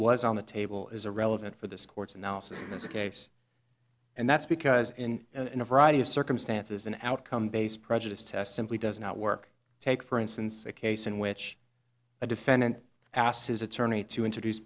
was on the table is a relevant for this court's analysis in this case and that's because in in a variety of circumstances an outcome based prejudiced test simply does not work take for instance a case in which a defendant asked his attorney to introduce